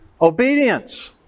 Obedience